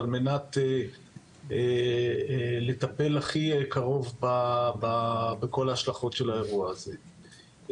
על מנת לטפל הכי קרוב בכל ההשלכות של האירוע הזה.